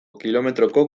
kilometroko